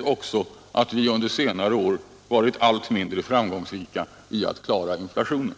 också i att vi samtidigt varit allt mindre framgångsrika i att klara inflationen.